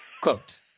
quote